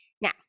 Now